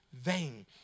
vain